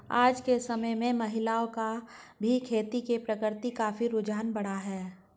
आज के समय में महिलाओं का भी खेती के प्रति काफी रुझान बढ़ा है